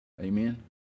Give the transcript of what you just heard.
Amen